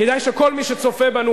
כדאי שכל מי שצופה בנו,